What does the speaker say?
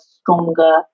stronger